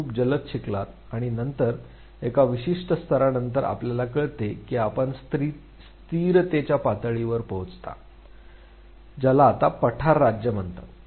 आपण खूप जलद शिकलात आणि नंतर एका विशिष्ट स्तरानंतर आपल्याला कळते की आपण स्थिरतेच्या पातळीवर पोहोचता आहात ज्याला आता पठार राज्य म्हणतात